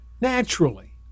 naturally